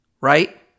right